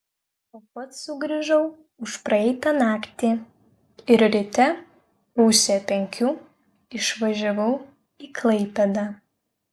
o pats sugrįžau užpraeitą naktį ir ryte pusę penkių išvažiavau į klaipėdą